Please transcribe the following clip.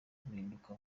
guhinduka